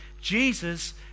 Jesus